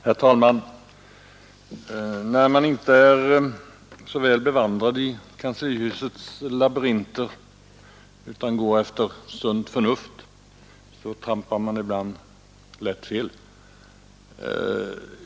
Herr talman! När man inte är särskilt väl bevandrad i kanslihusets labyrinter utan går efter sunt förnuft, så trampar man ibland lätt fel.